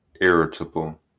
irritable